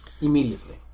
Immediately